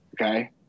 okay